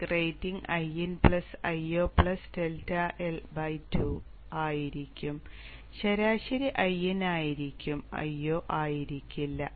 peak rating Iin Io ∆IL2 ആയിരിക്കും ശരാശരി Iin ആയിരിക്കും Io ആയിരിക്കില്ല